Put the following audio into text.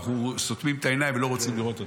אבל אנחנו סותמים את העיניים ולא רוצים לראות אותם.